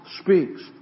speaks